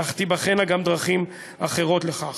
אך תיבחנה גם דרכים אחרות לכך.